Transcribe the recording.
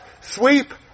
sweep